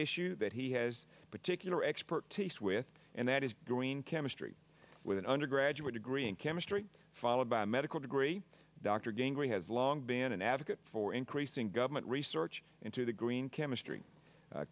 issue that he has particular expertise with and that is doing chemistry with an undergraduate degree in chemistry followed by a medical degree dr gingrey has long been an advocate for increasing government research into the green chemistry